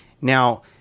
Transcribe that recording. Now